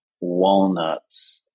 walnuts